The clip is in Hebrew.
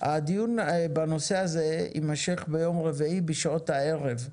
הדיון בנושא הזה ימשך ביום רביעי בשעות הערב,